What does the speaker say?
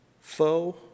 foe